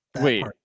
Wait